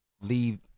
leave